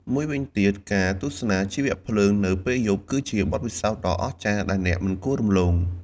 មួយវិញទៀត ការទស្សនាជីវភ្លើងនៅពេលយប់គឺជាបទពិសោធន៍ដ៏អស្ចារ្យដែលអ្នកមិនគួររំលង។